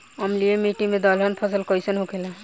अम्लीय मिट्टी मे दलहन फसल कइसन होखेला?